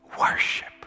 Worship